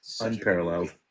unparalleled